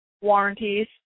warranties